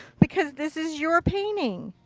because this is your painting.